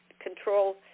control